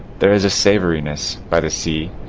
there is a savouriness, by the sea,